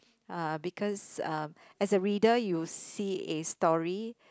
uh because um as a reader you will see a story